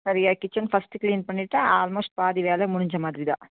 சரியா kitchen first clean பண்ணிவிட்டா almost பாதி வேலை முடிஞ்ச மாதிரி தான்